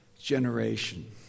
generation